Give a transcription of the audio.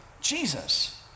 Jesus